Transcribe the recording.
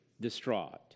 distraught